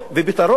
ופתרון?